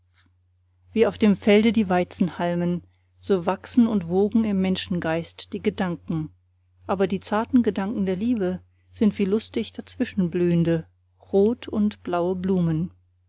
wie auf dem felde die weizenhalmen so wachsen und wogen im menschengeist die gedanken aber die zarten gedanken der liebe sind wie lustig dazwischenblühende rot und blaue blumen